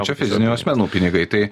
čia fizinių asmenų pinigai tai